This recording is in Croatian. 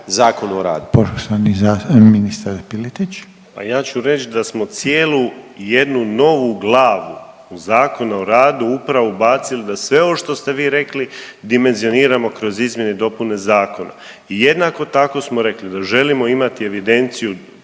Zakona o radu